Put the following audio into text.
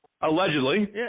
Allegedly